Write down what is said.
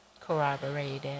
Corroborated